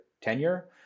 tenure